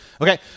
Okay